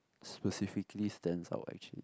specifically stands out actually